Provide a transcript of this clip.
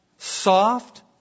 Soft